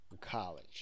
College